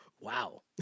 Wow